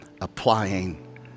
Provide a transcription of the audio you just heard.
applying